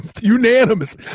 unanimous